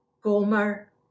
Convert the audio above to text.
Gomer